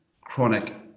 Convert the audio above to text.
chronic